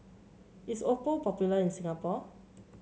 is Oppo popular in Singapore